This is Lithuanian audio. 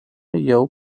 jau